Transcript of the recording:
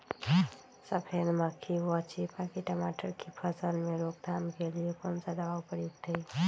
सफेद मक्खी व चेपा की टमाटर की फसल में रोकथाम के लिए कौन सा दवा उपयुक्त है?